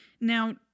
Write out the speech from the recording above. Now